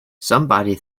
somebody